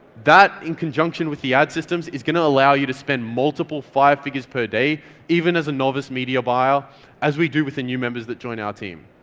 that in conjunction with the ad systems is going to allow you to spend multiple five figures per day even as a novice media buyer as we do with the new members that join our team.